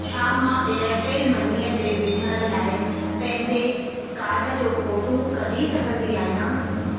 छा मां एयरटेल मनीअ ते विझण लाइ पंहिंजे कार्ड जो फोटू कढी सघंदी आहियां